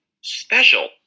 special